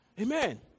Amen